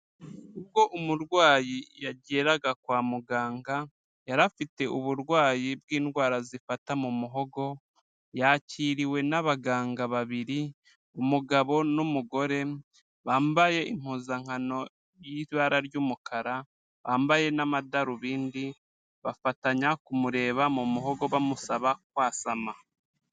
Ubwo umurwayi yageraga kwa muganga yari afite uburwayi bw'indwara zifata mu muhogo, yakiriwe n'abaganga babiri; umugabo n'umugore bambaye impuzankano y'ibara ry'umukara bambaye n'amadarubindi, bafatanya kumureba mu muhogo bamusaba kwasama.